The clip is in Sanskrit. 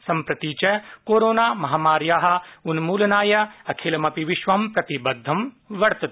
सम्प्रति च कोरोना महामार्या उन्मूलनाय अखिलमपि विश्वं प्रतिबद्ध वर्तते